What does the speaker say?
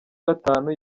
gatanu